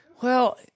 Well